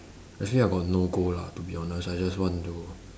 actually I got no goal lah to be honest I just want to